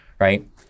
Right